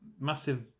massive